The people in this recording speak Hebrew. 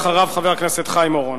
אחריו, חבר הכנסת חיים אורון.